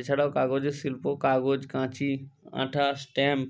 এছাড়াও কাগজের শিল্প কাগজ কাঁচি আঠা স্ট্যাম্প